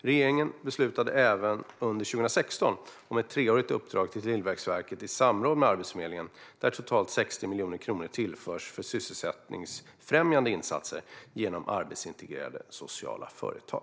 Regeringen beslutade även under 2016 om ett treårigt uppdrag till Tillväxtverket i samråd med Arbetsförmedlingen, där totalt 60 miljoner kronor tillförts för sysselsättningsfrämjande insatser genom arbetsintegrerande sociala företag.